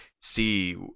see